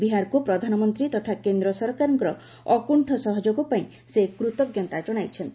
ବିହାରକୁ ପ୍ରଧାନମନ୍ତ୍ରୀ ତଥା କେନ୍ଦ୍ର ସରକାରଙ୍କର ଅକୁଣ୍ଠ ସହଯୋଗ ପାଇଁ ସେ କୃତଜ୍ଞତା ଜଣାଇଛନ୍ତି